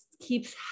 keeps